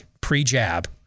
pre-jab